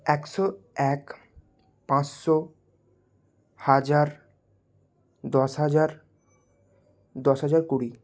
একশো এক পাঁচশো হাজার দশ হাজার দশ হাজার কুড়ি